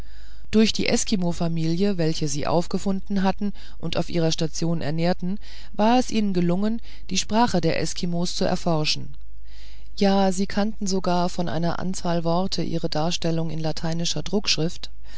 durch die eskimofamilie welche sie aufgefunden hatten und auf ihrer station ernährten war es ihnen gelungen die sprache der eskimos zu erforschen ja sie kannten sogar von einer anzahl worte ihre darstellung in lateinischer